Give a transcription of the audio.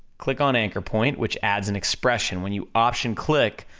click on anchor point, which adds an expression, when you option click,